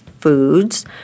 foods